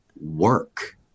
work